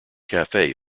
café